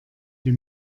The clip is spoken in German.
die